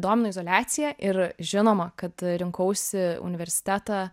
domino izoliacija ir žinoma kad rinkausi universitetą